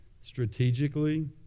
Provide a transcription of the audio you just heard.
strategically